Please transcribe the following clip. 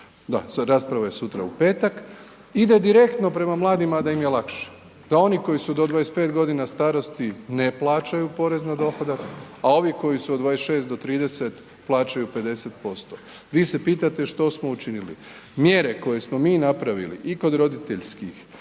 da, rasprava je sutra, u petak, ide direktno prema mladima da im je lakše. Da oni koji su do 25 godina starosti ne plaćaju porez na dohodak, a ovi koji su od 26 do 30 plaćaju 50%. Vi se pitate što smo učinili? Mjere koje smo mi napravili i kod roditeljskih